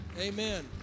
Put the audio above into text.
amen